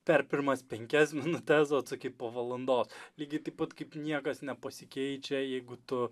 per pirmas penkias minutes atsakyti po valandos lygiai taip pat kaip niekas nepasikeičia jeigu tu